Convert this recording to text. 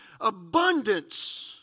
abundance